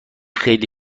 خیلی